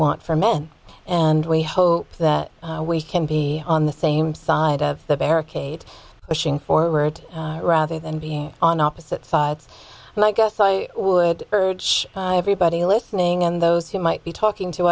want for men and we hope that we can be on the same side of the barricades pushing forward rather than being on opposite sides and i guess i would urge everybody listening and those who might be talking to